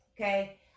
okay